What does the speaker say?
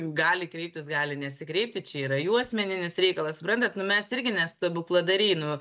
gali kreiptis gali nesikreipti čia yra jų asmeninis reikalas suprantat nu mes irgi ne stebukladariai nu